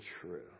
true